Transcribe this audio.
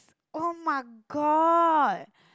oh-my-god